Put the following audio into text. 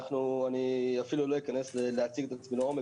אני אפילו לא אכנס להציג את עצמי לעומק,